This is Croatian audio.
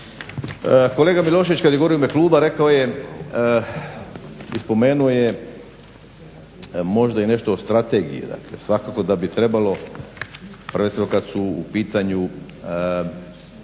Kolega Milošević kad je govorio u ime kluba rekao je i spomenuo je možda i nešto o strategiji. Dakle, svakako da bi trebalo, prvenstveno kad su u pitanju